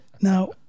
Now